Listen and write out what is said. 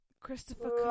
Christopher